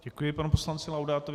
Děkuji panu poslanci Laudátovi.